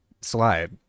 slide